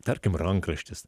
tarkim rankraštis